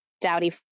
dowdy